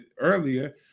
earlier